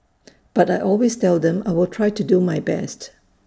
but I always tell them I will try to do my best